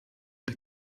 der